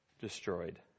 destroyed